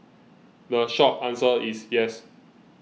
the short answer is yes